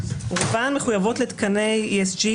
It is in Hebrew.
רובן מחויבות לתקני ESG,